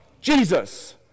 Jesus